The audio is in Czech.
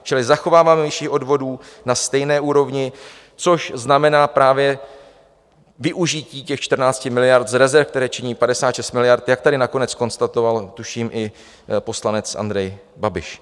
Čili zachováváme výši odvodů na stejné úrovni, což znamená právě využití těch 14 miliard z rezerv, které činí 56 miliard, jak tady nakonec konstatoval tuším i poslanec Andrej Babiš.